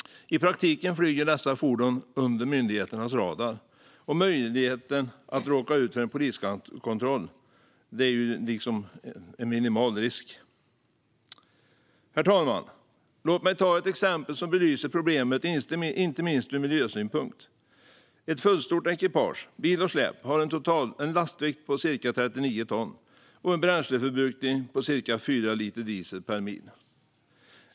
I praktiken flyger dessa fordon under myndigheternas radar. Risken att råka ut för en poliskontroll är ju minimal. Herr talman! Låt mig ta ett exempel som belyser problemet, inte minst ur miljösynpunkt. Ett fullstort ekipage - bil och släp - har en lastvikt på ca 39 ton och en bränsleförbrukning på ca 4 liter diesel per mil.